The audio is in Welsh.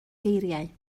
geiriau